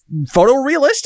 photorealistic